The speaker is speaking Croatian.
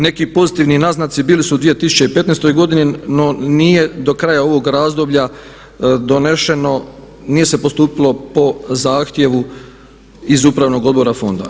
Neki pozitivni naznaci bili su 2015. godini, no nije do kraja ovog razdoblja donešeno, nije se postupilo po zahtjevu iz Upravnog odbora fonda.